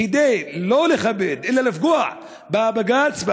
שלא לכבד אלא לפגוע בבג"ץ,